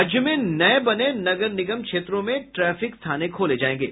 राज्य में नये बने नगर निगम क्षेत्रों में ट्रैफिक थाने खोले जायेंगे